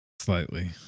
Slightly